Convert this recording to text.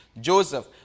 Joseph